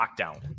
lockdown